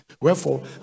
Wherefore